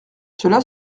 cela